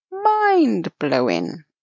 mind-blowing